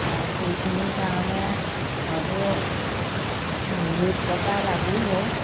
আৰু সেইখিনিৰ কাৰণে হয়তো মজুত টকা লাগিব